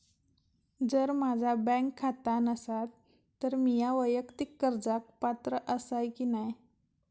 जर माझा बँक खाता नसात तर मीया वैयक्तिक कर्जाक पात्र आसय की नाय?